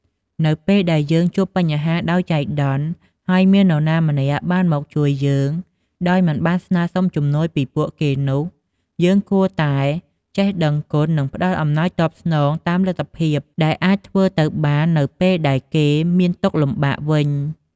នៅពេលដែលយើងជួបបញ្ហាដោយចៃដន្យ ហើយមាននរណាម្នាក់បានមកជួយយើងដោយមិនបានស្នើសុំជំនួយពីពួកគេនោះ យើងគួរតែចេះដឹងគុណ និងផ្ដល់អំណោយតបស្នងតាមលទ្ធភាពដែលអាចធ្វើទៅបាននៅពេលដែលគេមានទុក្ខលំបាកវិញ។